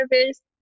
service